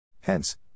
Hence